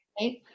right